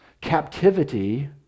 captivity